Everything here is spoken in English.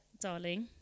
darling